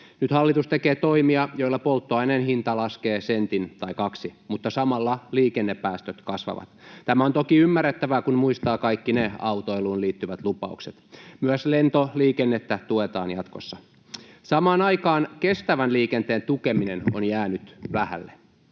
Nyt hallitus tekee toimia, joilla polttoaineen hinta laskee sentin tai kaksi, mutta samalla liikennepäästöt kasvavat. Tämä on toki ymmärrettävää, kun muistaa kaikki autoiluun liittyneet lupaukset. Myös lentoliikennettä tuetaan jatkossa. Samaan aikaan kestävän liikenteen tukeminen on jäänyt vähälle.